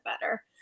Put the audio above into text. better